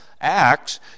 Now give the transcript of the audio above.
Acts